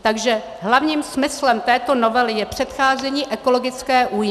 Takže hlavním smyslem této novely je předcházení ekologické újmě.